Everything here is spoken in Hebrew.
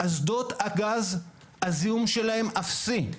אסדות הגז, הזיהום שלהן אפסי.